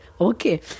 okay